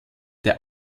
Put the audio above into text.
der